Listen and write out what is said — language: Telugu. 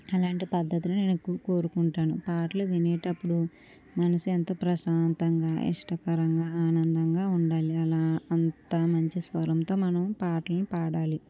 అలాంటి పద్ధతిని నేను ఎక్కువ కోరుకుంటాను పాటలు వినేటప్పుడు మనసు ఎంత ప్రశాంతంగా ఇష్టపరంగా ఆనందంగా ఉండాలి అలా అంత మంచి స్వరంతో మనం పాటలు పాడాలి